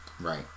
Right